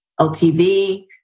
LTV